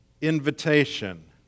invitation